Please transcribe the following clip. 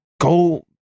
go